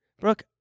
brooke